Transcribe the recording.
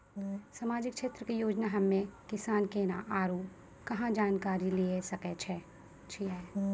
समाजिक क्षेत्र के योजना हम्मे किसान केना आरू कहाँ जानकारी लिये सकय छियै?